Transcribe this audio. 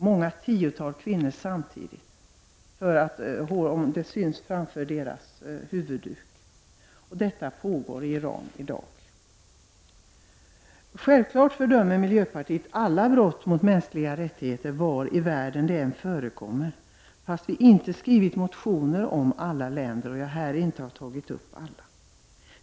Flera tiotal kvinnor har samtidigt piskats därför att deras hår har synts utanför deras huvudduk. Detta pågår i Iran i dag. Självfallet fördömer miljöpartiet alla brott mot mänskliga rättigheter var i världen de än förekommer, fastän vi inte skrivit motioner om alla länder och jag här inte har tagit upp alla.